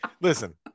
Listen